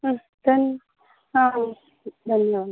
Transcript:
हा धन् हा धन्यवादः